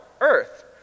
earth